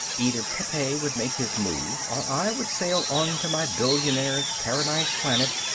either pepe would make his move or i would sail on to my billionaire's paradise planet.